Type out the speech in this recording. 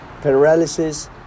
paralysis